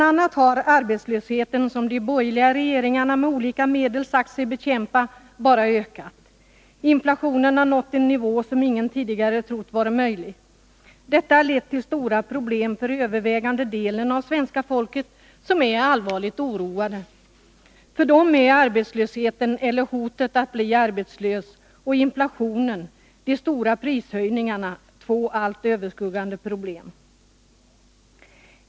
a. har arbetslösheten, som de borgerliga regeringarna med olika medel sagt sig bekämpa, bara ökat. Inflationen har nått en nivå som ingen tidigare trott vara möjlig. Detta har lett till stora problem för den övervägande delen av svenska folket, som är allvarligt oroat. För dessa människor är arbetslösheten, eller hotet att bli arbetslös, och inflationen, de stora prishöjningarna, två allt överskuggande problem.